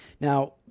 Now